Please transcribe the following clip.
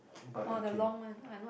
but okay